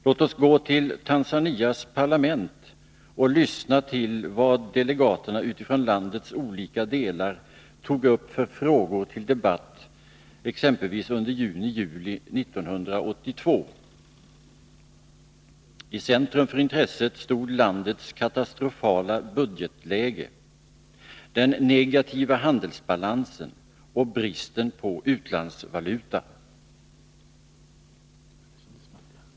Låt oss gå till Tanzanias parlament och lyssna till vad delegaterna utifrån landets olika delar tog upp för frågor till debatt exempelvis under juni-juli 1982. I centrum för intresset stod landets katastrofala budgetläge, den negativa handelsbalansen och bristen på utlandsvaluta.